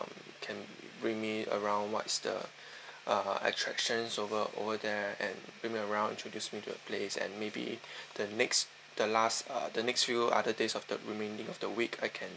um can bring me around what's the uh attractions over over there and bring me around introduce me to a place and maybe the next the last uh the next few other days of the remaining of the week I can